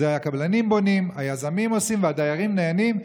זה הקבלנים בונים, היזמים עושים והדיירים נהנים.